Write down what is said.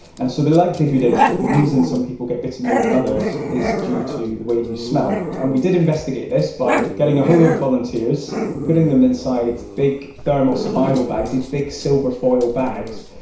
and so the likelihood is that the reason some people get bitten more than others is due to the way you smell. and we did investigate this by getting a whole lot of volunteers, putting them inside big thermal survival bags, these big silver foil bags,